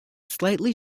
slightly